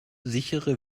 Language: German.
sichere